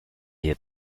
hier